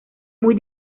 muy